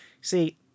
See